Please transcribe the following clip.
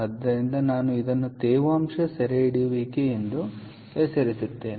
ಆದ್ದರಿಂದ ನಾನು ಇದನ್ನು ತೇವಾಂಶ ಸೆರೆಹಿಡಿಯುವಿಕೆ ಎಂದು ಹೆಸರಿಸುವುದರಿಂದ ಇಲ್ಲಿ ಬರೆಯುತ್ತೇನೆ